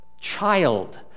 child